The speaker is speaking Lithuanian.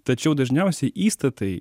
tačiau dažniausiai įstatai